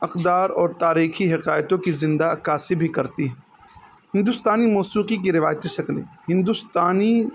اقدار اور تاریخی حکایتوں کی زندہ عکاسی بھی کرتی ہے ہندوستانی موسیقی کی روایتی شکلیں ہندوستانی